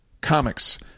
comics